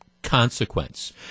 Consequence